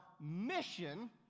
mission